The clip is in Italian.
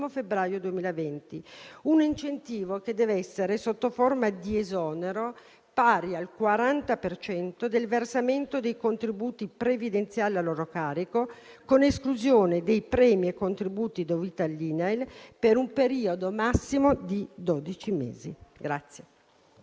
febbraio 2020, un incentivo, sotto forma di esonero dal 40 per cento del versamento dei contributi previdenziali a loro carico, con esclusione dei premi e contributi dovuti all'INAIL, per un periodo massimo di dodici mesi.